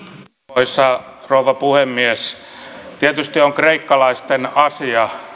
arvoisa rouva puhemies tietysti on kreikkalaisten asia